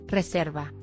Reserva